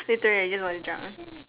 literally you know it's drama